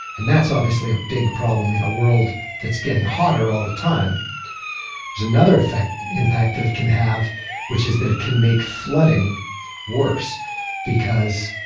and that's obviously a big problem in a world that's getting hotter all the time there's another impact that it can have which is that it can make flooding worse because,